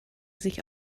sich